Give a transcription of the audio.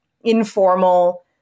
informal